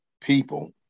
people